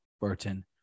Burton